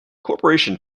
corporation